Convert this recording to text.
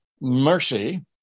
mercy